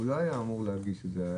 הוא לא היה אמור להגיש את זה.